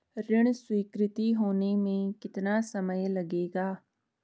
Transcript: ऋण स्वीकृति होने में कितना समय लगेगा?